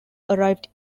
arrived